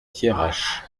thiérache